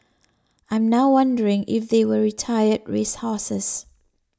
I'm now wondering if they were retired race horses